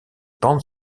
pentes